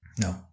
no